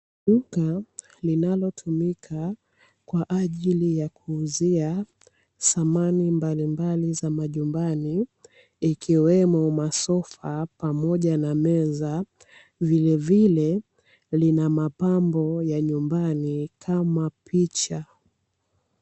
Duka linalotumika kwa ajili ya kuuzia samani mbalimbali za majumbani ikiwemo masofa pamoja na meza, vilevile lina mapambo ya nyumbani kama picha.